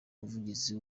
umuvugizi